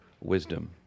wisdom